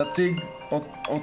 והיא תציג אותו.